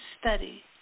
study